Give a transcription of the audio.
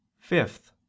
Fifth